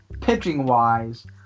pitching-wise